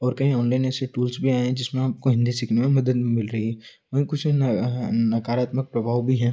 ओर कहीं ऑनलाइन ऐसे टूल्स भी आए हैं जिसमें आपको हिन्दी सीखने में मदद भी मिल रही है वहीं कुछ न नकारात्मक प्रभाव भी हैं